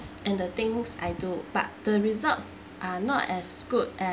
and the things I do but the results are not as good as